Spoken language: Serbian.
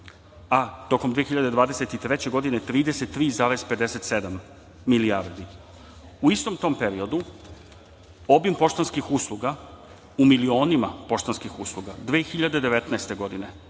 a tokom 2023. godine 33,57 milijardi. U istom tom periodu, obim poštanskih usluga, u milionima poštanskih usluga, 2019. godine